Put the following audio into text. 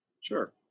Sure